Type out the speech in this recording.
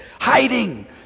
hiding